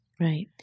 Right